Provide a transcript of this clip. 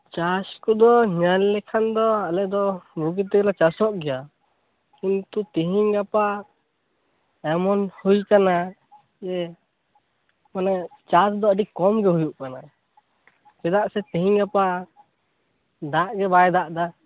ᱪᱟᱥ ᱠᱚᱫᱚ ᱧᱮᱞ ᱞᱮᱠᱷᱟᱡ ᱟᱞᱮ ᱫᱚ ᱵᱩᱜᱤᱛᱮᱞᱮ ᱪᱟᱥᱚᱜ ᱜᱮᱭᱟ ᱠᱤᱱᱛᱩ ᱛᱮᱦᱮᱧ ᱜᱟᱯᱟ ᱮᱢᱚᱱ ᱦᱩᱭ ᱠᱟᱱᱟ ᱡᱮ ᱵᱚᱞᱮ ᱪᱟᱥ ᱫᱚ ᱟᱰᱤ ᱠᱚᱢ ᱜᱮ ᱦᱩᱭᱩᱜ ᱠᱟᱱᱟ ᱪᱮᱫᱟᱜ ᱥᱮ ᱛᱤᱦᱤᱧ ᱜᱟᱯᱟ ᱫᱟᱜ ᱜᱮ ᱵᱟᱭ ᱫᱟᱜ ᱫᱟ